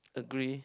agree